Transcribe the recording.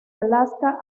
alaska